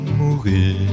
mourir